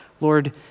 Lord